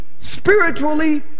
Spiritually